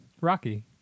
Rocky